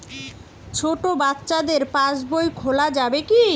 ছোট বাচ্চাদের পাশবই খোলা যাবে কি?